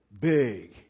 big